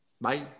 bye